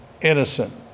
innocent